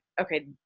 okay